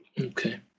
okay